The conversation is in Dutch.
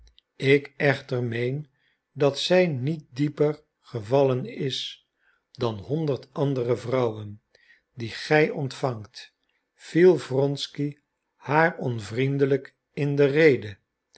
ik echter meen dat zij niet dieper gevallen is dan honderd andere vrouwen die gij ontvangt viel wronsky haar onvriendelijk in de rede